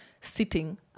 sitting